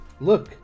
Look